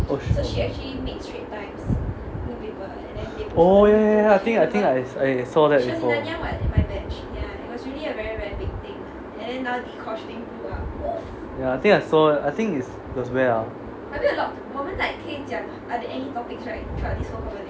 oh she oh ya ya ya I think I think I saw ya I think I saw I think was where ah